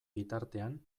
bitartean